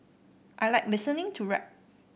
I like listening to rap